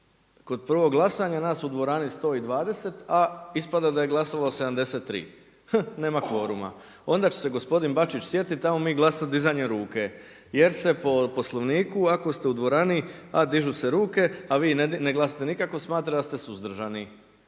kod prvog glasanja nas u dvorani 120 a ispada da je glasovalo 73, hm, nema kvoruma. Onda će se gospodin Bačić sjetiti 'ajmo mi glasovati dizanjem ruku jer se po Poslovniku ako ste u dvorani a dižu se ruke a vi ne glasate nikako smatra da ste suzdržani.